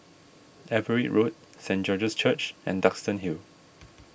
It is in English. Everitt Road Saint George's Church and Duxton Hill